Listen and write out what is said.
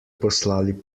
poslali